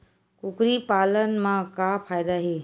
कुकरी पालन म का फ़ायदा हे?